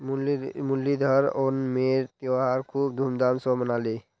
मुरलीधर ओणमेर त्योहार खूब धूमधाम स मनाले